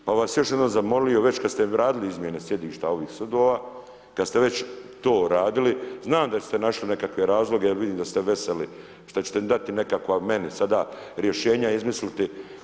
Pa bih vas još jednom zamolio već kad ste radili izmjene sjedišta ovih sudova, kad ste već to radili znam da ste našli nekakve razloge jer vidim da ste veseli što ćete dati nekakva meni sada rješenja izmisliti.